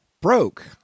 Broke